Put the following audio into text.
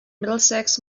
middlesex